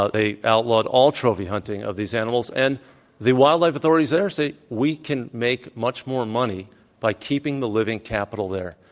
ah they outlawed all trophy hunting of these animals and the wildlife authorities there say we can make much more money by keeping the living capital there.